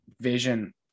vision